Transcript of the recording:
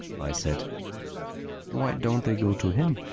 i said why don't they go to him,